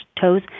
toes